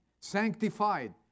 sanctified